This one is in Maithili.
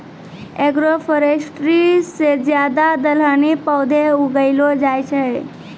एग्रोफोरेस्ट्री से ज्यादा दलहनी पौधे उगैलो जाय छै